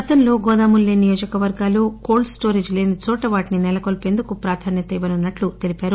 గతంలో గోదాములు లేని నియోజకవర్గాలు కోల్డు స్టోరేజి లేని చోట వాటిని నెలకొల్పేందుకు ప్రాధాన్యత ఇవ్వనున్నట్లు పేర్కొన్నారు